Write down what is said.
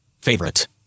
favorite